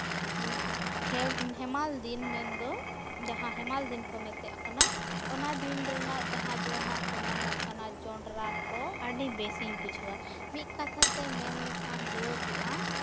ᱦᱮᱢᱟᱞᱫᱤᱱ ᱢᱮᱱᱫᱚ ᱡᱟᱦᱟᱸ ᱦᱮᱢᱟᱞ ᱫᱤᱱ ᱠᱚ ᱢᱮᱛᱟᱜ ᱠᱟᱱᱟ ᱚᱱᱟᱫᱤᱱ ᱨᱮᱱᱟᱜ ᱡᱟᱦᱟᱸ ᱡᱚᱢᱟᱜ ᱠᱚ ᱧᱟᱢᱚᱜ ᱠᱟᱱᱟ ᱡᱚᱸᱰᱨᱟ ᱠᱚ ᱟᱹᱰᱤ ᱵᱮᱥᱤᱧ ᱵᱩᱡᱷᱟᱹᱣᱟ ᱢᱤᱫ ᱠᱟᱛᱷᱟᱛᱮ ᱢᱮᱱᱞᱮᱠᱷᱟᱱ ᱞᱟᱹᱭᱚᱜᱚᱜᱼᱟ